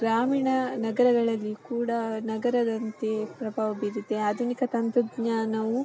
ಗ್ರಾಮೀಣ ನಗರಗಳಲ್ಲಿ ಕೂಡ ನಗರದಂತೆ ಪ್ರಭಾವ ಬೀರಿದೆ ಆಧುನಿಕ ತಂತ್ರಜ್ಞಾನವು